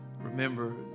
remember